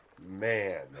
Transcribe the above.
man